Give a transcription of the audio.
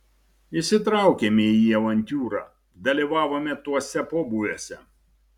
įsitraukėme į avantiūrą dalyvavome tuose pobūviuose